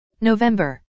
November